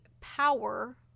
power